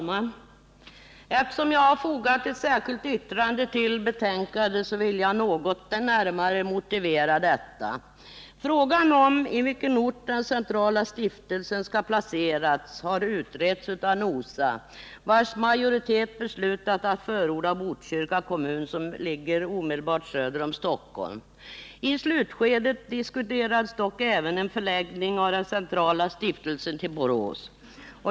Herr talman! Jag har fogat ett särskilt yttrande till betänkandet, och jag vill något närmare motivera detta. Frågan i vilken ort den centrala stiftelsen skall placeras har utretts av NOSA, vars majoritet beslutat att förorda Botkyrka kommun, som ligger omedelbart söder om Stockholm. I slutskedet diskuterades dock även en förläggning av den centrala stiftelsen till Borås.